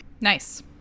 Nice